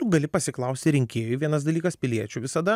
tu gali pasiklausti rinkėjų vienas dalykas piliečių visada